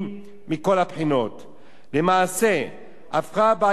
למעשה הפכה הבעיה למכת מדינה,